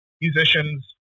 musicians